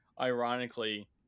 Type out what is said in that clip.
ironically